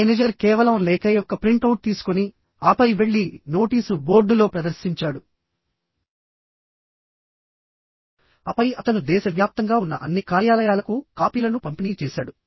manager కేవలం లేఖ యొక్క ప్రింట్ అవుట్ తీసుకొని ఆపై వెళ్లి నోటీసు బోర్డులో ప్రదర్శించాడు ఆపై అతను దేశవ్యాప్తంగా ఉన్న అన్ని కార్యాలయాలకు కాపీలను పంపిణీ చేశాడు